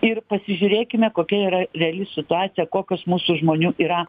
ir pasižiūrėkime kokia yra reali situacija kokios mūsų žmonių yra